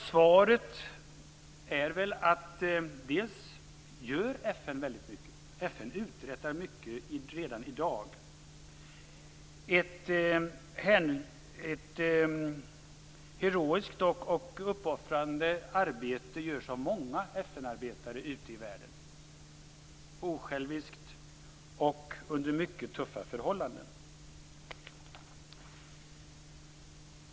Svaret är väl bl.a. att FN gör väldigt mycket. FN uträttar mycket redan i dag. Ett heroiskt och uppoffrande arbete görs av många FN-arbetare ute i världen. Det är osjälviskt och sker under mycket tuffa förhållanden.